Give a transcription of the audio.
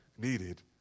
needed